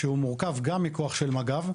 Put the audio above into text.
שמורכב גם הוא מכוח של מג"ב,